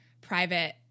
private